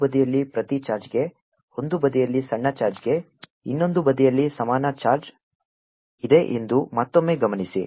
ಒಂದು ಬದಿಯಲ್ಲಿ ಪ್ರತಿ ಚಾರ್ಜ್ಗೆ ಒಂದು ಬದಿಯಲ್ಲಿ ಸಣ್ಣ ಚಾರ್ಜ್ಗೆ ಇನ್ನೊಂದು ಬದಿಯಲ್ಲಿ ಸಮಾನ ಚಾರ್ಜ್ ಇದೆ ಎಂದು ಮತ್ತೊಮ್ಮೆ ಗಮನಿಸಿ